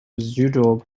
residual